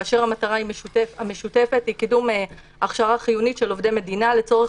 והמטרה המשותפת היא קידום הכשרה חיונית של עובדי מדינה לצורך